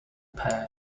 pair